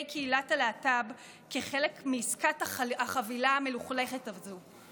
קהילת הלהט"ב כחלק מעסקת החבילה המלוכלכת הזו.